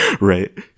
Right